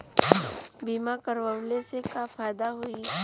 बीमा करवला से का फायदा होयी?